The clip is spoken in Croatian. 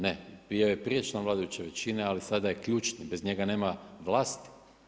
Ne, bio je prije član vladajuće većine ali sada je ključni, bez njega nema vlasti.